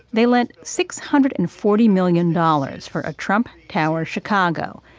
they lent six hundred and forty million dollars for a trump tower chicago.